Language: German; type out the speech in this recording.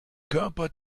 körper